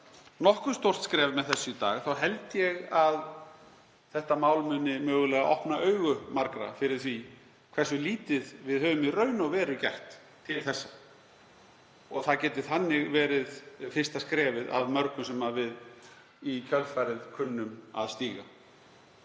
nokkuð stórt skref með þessu í dag þá held ég að þetta mál muni mögulega opna augu margra fyrir því hversu lítið við höfum í raun gert til þessa. Það geti þannig verið fyrsta skrefið af mörgum sem við í kjölfarið kunnum að stíga.